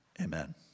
amen